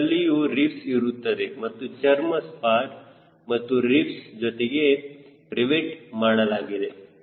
ಇದರಲ್ಲಿಯೂ ribs ಇರುತ್ತದೆ ಮತ್ತು ಚರ್ಮ ಸ್ಪಾರ್ ಮತ್ತು ರಿಬ್ಸ್ ಜೊತೆಗೆ ರಿವೆಟ್ ಮಾಡಲಾಗಿದೆ